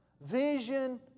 vision